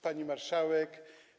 Pani Marszałek!